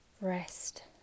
rest